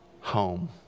home